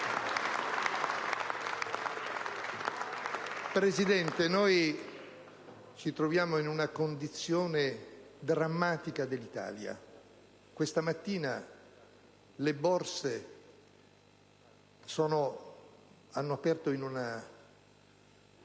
Presidente, ci troviamo in una condizione drammatica dell'Italia. Questa mattina le Borse hanno aperto in una